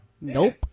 Nope